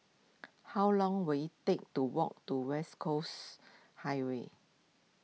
how long will it take to walk to West Coast Highway